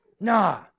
Nah